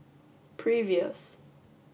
previous